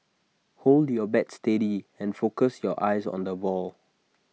hold your bat steady and focus your eyes on the ball